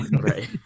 right